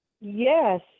Yes